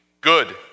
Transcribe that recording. Good